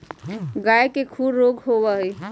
गाय के खुर रोग का होबा हई?